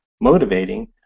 motivating